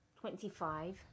Twenty-five